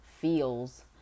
feels